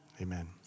Amen